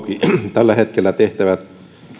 tällä hetkellä tehtävät